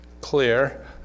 clear